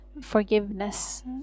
forgiveness